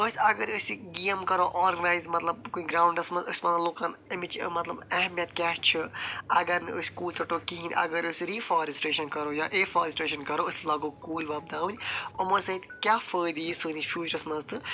أسۍ اگر أسۍ یہِ گٮ۪م کرو آرگناٮ۪ز مطلب کُنہِ گراونڈس منٛز أسۍ ونو لُکن امِچ مطلب اہمیٚت کیٚاہ چھِ اگر نہٕ أسۍ کُلۍ ژٹو کہیٖنۍ اگر أسۍ رٮ۪فارٮ۪سٹرٮ۪شن کرو یا اٮ۪فارٮ۪سٹرٮ۪شن کرو أسۍ لاگو کُلۍ وۄبداوٕنۍ أمو سۭتۍ کیٚاہ فٲٮ۪دٕ یِیہِ سٲنِس فیوٗچرس منٛز تہٕ